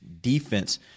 defense